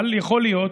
אבל יכול להיות,